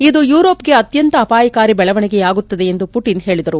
ಇದು ಯೂರೋಪ್ಗೆ ಅತ್ಯಂತ ಅಪಾಯಕಾರಿ ಬೆಳವಣಿಗೆಯಾಗುತ್ತದೆ ಎಂದು ಪುಟಿನ್ ಹೇಳಿದರು